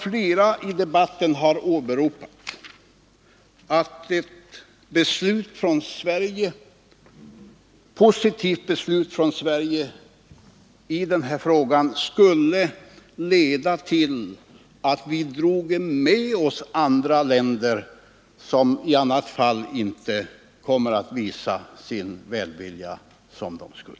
Flera talare i debatten här har hävdat att ett positivt svar från Sverige i denna fråga skulle leda till att vi drog med oss andra länder, som i annat fall inte kommer att visa sin välvilja såsom de borde.